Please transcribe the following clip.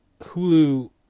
Hulu